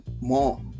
more